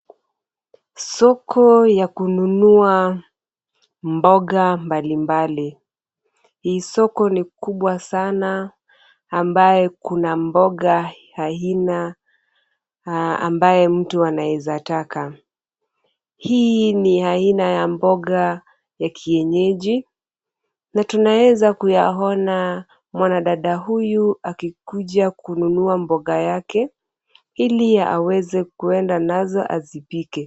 Soko ya kununua mboga mbali mbali. Hii soko ni kubwa sana ambaye kuna mboga aina ambaye mtu anaeza taka. Hii ni aina mboga ya kienyeji na tunaweza kuyaona mwanadada huyu akikuja kununua mboga yake ili aweze kwenda nazo azipike.